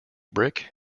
brick